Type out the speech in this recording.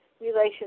relations